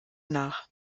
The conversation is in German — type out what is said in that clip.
nach